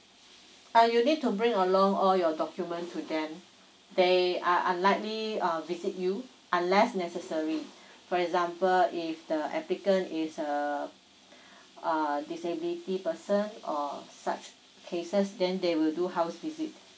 uh you need to bring along all your document to them they are unlikely uh visit you unless necessary for example if the applicant is err uh disability person or such cases then they will do house visit